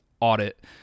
audit